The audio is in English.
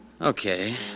Okay